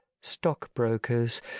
stockbrokers